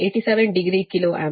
87 degree kilo ampere